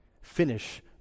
Finish